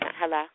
hello